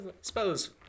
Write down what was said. suppose